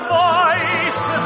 voice